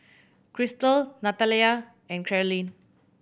Christal Natalya and Karolyn